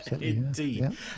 Indeed